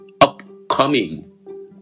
upcoming